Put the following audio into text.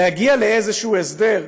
להגיע לאיזשהו הסדר,